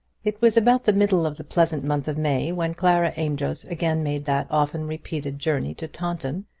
it was about the middle of the pleasant month of may when clara amedroz again made that often repeated journey to taunton,